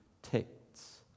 Texts